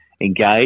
Engage